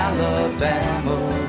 Alabama